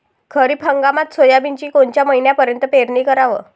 खरीप हंगामात सोयाबीनची कोनच्या महिन्यापर्यंत पेरनी कराव?